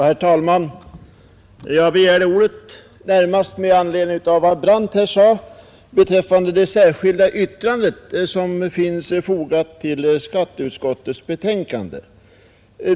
Herr talman! Jag begärde närmast ordet med anledning av vad herr Brandt sade beträffande det särskilda yttrande som finns fogat till skatteutskottets betänkande.